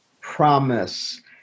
promise